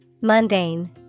Mundane